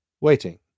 waiting